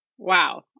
wow